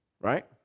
Right